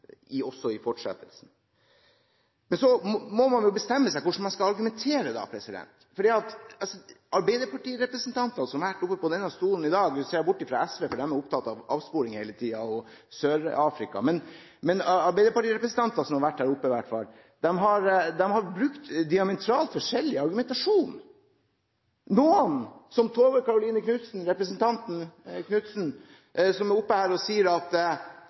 grenser også i fortsettelsen. Men så må man jo bestemme seg for hvordan man skal argumentere. Arbeiderpartirepresentanter som har vært oppe på denne talerstolen i dag – nå ser jeg bort fra SV, for de er opptatt av avsporing hele tiden og Sør-Afrika – har brukt diametralt forskjellig argumentasjon. Noen, som representanten Tove Karoline Knutsen, er oppe her og sier at